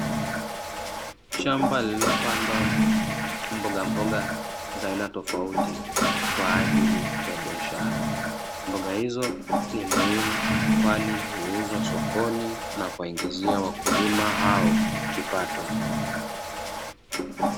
Shamba lililo pandwa mbogamboga za aina tofauti, kwaajili ya biashara mboga hizo ni muhimu kwani huuzwa sokoni na kuwaingizia wakulima hao kipato.